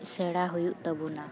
ᱥᱮᱬᱟ ᱦᱩᱭᱩᱜ ᱛᱟᱵᱚᱱᱟ